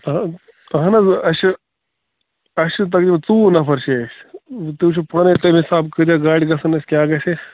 آ اَہَن حظ اَسہِ چھِ اَسہِ چھِ تقریٖباً ژۅوُہ نَفَر چھِ أسۍ تُہۍ وُچھُو پانَے تَمہِ حساب کۭتیٛاہ گاڑِ گَژھَن اَسہِ کیٛاہ گژھِ اَسہِ